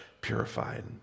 purified